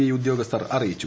I ഉദ്യോഗസ്ഥർ അറിയിച്ചു